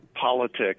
politics